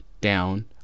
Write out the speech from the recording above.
down